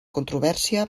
controvèrsia